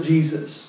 Jesus